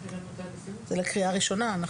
זה לקריאה ראשונה.